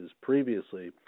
previously